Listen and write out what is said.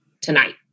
tonight